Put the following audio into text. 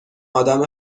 ادم